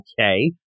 okay